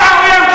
מי העוין פה?